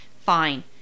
Fine